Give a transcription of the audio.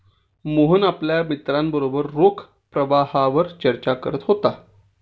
मोहन आपल्या मित्रांबरोबर रोख प्रवाहावर चर्चा करत होता